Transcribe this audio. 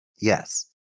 Yes